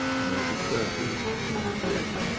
margaret thatcher and ronald reagan,